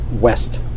west